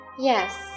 Yes